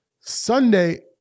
Sunday